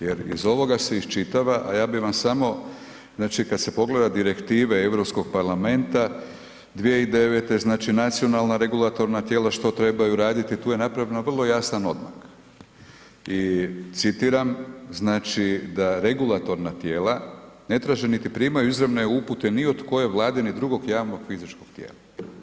Jer iz ovoga se iščitava, a ja bih vam samo, znači kad se pogleda direktive EU parlamenta, 2009. znači nacionalna regulatorna tijela, što trebaju raditi, tu je napravljeno vrlo jasan odmak i citiram, znači, da regulatorna tijela ne traže niti primaju izravne upute ni od koje Vlade ni drugog javnog fizičkog tijela.